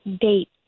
date